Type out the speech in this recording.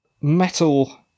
metal